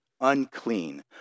unclean